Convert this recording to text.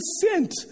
sent